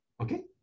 Okay